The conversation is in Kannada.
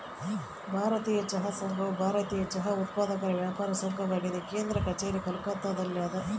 ಭಾರತೀಯ ಚಹಾ ಸಂಘವು ಭಾರತೀಯ ಚಹಾ ಉತ್ಪಾದಕರ ವ್ಯಾಪಾರ ಸಂಘವಾಗಿದೆ ಕೇಂದ್ರ ಕಛೇರಿ ಕೋಲ್ಕತ್ತಾದಲ್ಯಾದ